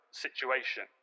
situation